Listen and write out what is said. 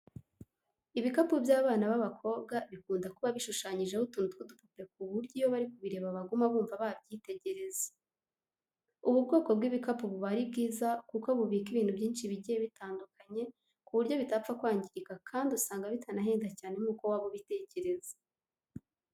Ibikapu by'abana b'abakobwa bikunda kuba bishushanyijeho utuntu tw'udupupe ku buryo iyo bari kubireba baguma bumva babyitegereza. Ubu bwoko bw'ibikapu buba ari bwiza kuko bubika ibintu byinshi bigiye bitandukanye ku buryo bitapfa kwangirika kandi usanga bitanahenda cyane nk'uko waba ubitekereza.